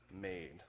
made